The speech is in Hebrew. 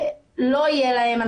לא יהיה להם,